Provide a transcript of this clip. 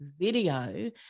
video